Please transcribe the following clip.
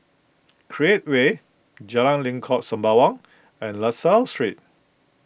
Create Way Jalan Lengkok Sembawang and La Salle Street